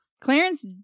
Clarence